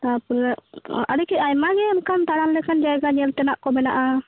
ᱛᱟᱯᱚᱨᱮ ᱟᱹᱰᱤ ᱜᱮ ᱟᱭᱢᱟ ᱜᱮ ᱚᱱᱠᱟᱱ ᱫᱟᱬᱟᱱ ᱞᱮᱠᱟᱱ ᱡᱟᱭᱜᱟ ᱧᱮᱞ ᱛᱮᱱᱟᱜ ᱠᱚ ᱢᱮᱱᱟᱜᱼᱟ